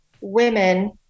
women